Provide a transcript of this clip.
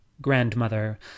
grandmother